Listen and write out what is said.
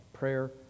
prayer